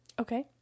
Okay